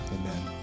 Amen